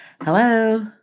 Hello